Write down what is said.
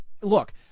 Look